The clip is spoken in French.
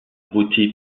beauté